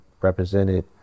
represented